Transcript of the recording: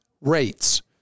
rates